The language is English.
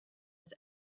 his